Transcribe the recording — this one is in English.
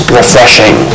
refreshing